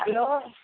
hello